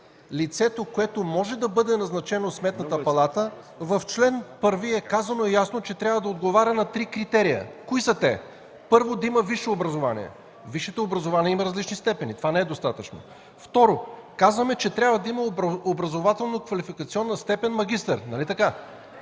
лицето, което може да бъде назначено в Сметната палата, съгласно чл. 1 става ясно, че трябва да отговаря на три критерия. Кои са те? Първо, да има висше образование. Висшето образование има различни степени. Това не е достатъчно. Второ, казваме, че трябва да има образователно-квалификационна степен „магистър”. (Реплика